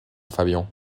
fabian